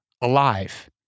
alive